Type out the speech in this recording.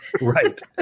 Right